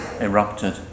erupted